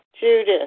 Judith